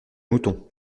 moutons